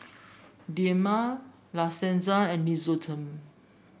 Dilmah La Senza and Nixoderm